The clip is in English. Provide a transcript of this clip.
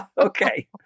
Okay